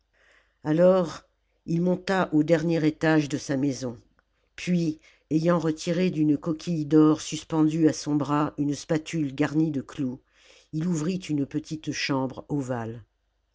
alors il monta au dernier étage de sa maison puis ayant retiré d'une coquille d'or suspendue à son bras une spatule garnie de clous il ouvrit une petite chambre ovale